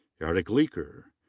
eric leeker.